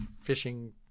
fishing